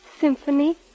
symphony